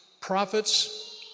Prophets